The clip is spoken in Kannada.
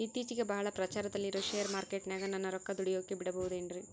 ಇತ್ತೇಚಿಗೆ ಬಹಳ ಪ್ರಚಾರದಲ್ಲಿರೋ ಶೇರ್ ಮಾರ್ಕೇಟಿನಾಗ ನನ್ನ ರೊಕ್ಕ ದುಡಿಯೋಕೆ ಬಿಡುಬಹುದೇನ್ರಿ?